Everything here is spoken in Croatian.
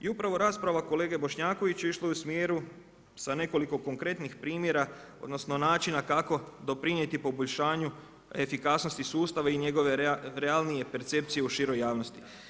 I upravo rasprava kolege Bošnjakovića išla je u smjeru sa nekoliko konkretnih primjera, odnosno načina kako doprinijeti poboljšanju efikasnosti sustava i njegove realnije percepcije u široj javnosti.